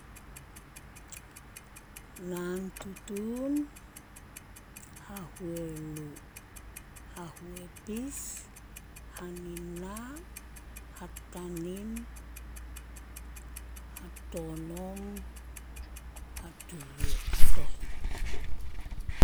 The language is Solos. Naan tutuun, hahuenu, hahuepis, hanina, hatanim, hatonom, hatohit